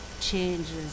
changes